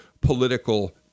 political